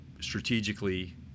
strategically